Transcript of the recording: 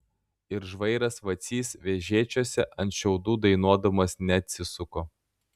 ir žvairas vacys vežėčiose ant šiaudų dainuodamas neatsisuko